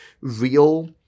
real